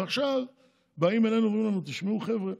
ועכשיו באים אלינו ואומרים לנו: תשמעו, חבר'ה,